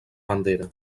bandera